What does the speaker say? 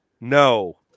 no